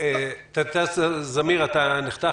להביא --- תת-ניצב זמיר, אתה נחתך.